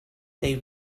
they